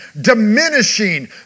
diminishing